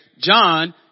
John